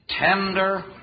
tender